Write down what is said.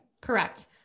Correct